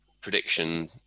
prediction